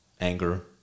anger